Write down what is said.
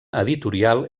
editorial